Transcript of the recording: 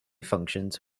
functions